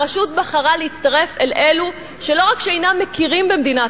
הרשות בחרה להצטרף אל אלו שלא רק שאינם מכירים במדינת